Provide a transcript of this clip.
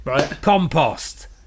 compost